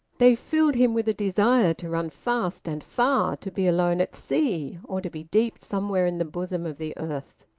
they filled him with a desire to run fast and far, to be alone at sea, or to be deep somewhere in the bosom of the earth.